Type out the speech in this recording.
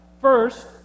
First